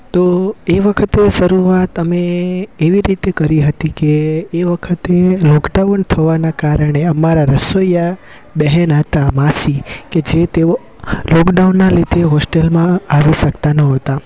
તો એ વખતે શરૂઆત અમે એવી રીતે કરી હતી કે એ વખતે લોકડાઉન થવાના કારણે અમારા રસોઈયા બહેન હતા માસી કે જે તેઓ લોકડાઉનના લીધે હોસ્ટેલમાં આવી શકતા ન હતા